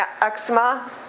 eczema